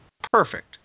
perfect